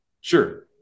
Sure